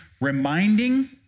reminding